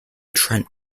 trent